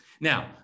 Now